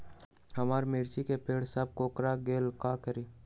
हमारा मिर्ची के पेड़ सब कोकरा गेल का करी?